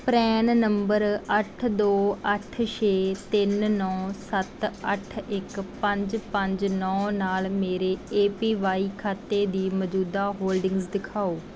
PRAN number ਅੱਠ ਦੋ ਅੱਠ ਛੇ ਤਿੰਨ ਨੌਂ ਸੱਤ ਅੱਠ ਇੱਕ ਪੰਜ ਪੰਜ ਨੌਂ ਨਾਲ ਮੇਰੇ ਏ ਪੀ ਵਾਈ ਖਾਤੇ ਦੀ ਮੌਜੂਦਾ ਹੋਲਡਿੰਗਜ਼ ਦਿਖਾਓ